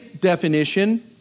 definition